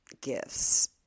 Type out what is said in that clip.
gifts